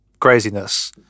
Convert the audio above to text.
craziness